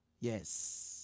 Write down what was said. Yes